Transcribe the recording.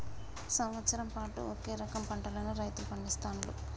సంవత్సరం పాటు ఒకే రకం పంటలను రైతులు పండిస్తాండ్లు